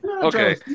Okay